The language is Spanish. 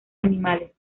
animales